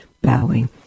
bowing